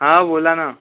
हां बोला ना